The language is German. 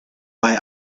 bei